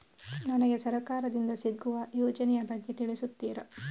ನನಗೆ ಸರ್ಕಾರ ದಿಂದ ಸಿಗುವ ಯೋಜನೆ ಯ ಬಗ್ಗೆ ತಿಳಿಸುತ್ತೀರಾ?